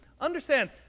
understand